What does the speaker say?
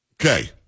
Okay